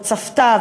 או צפתה,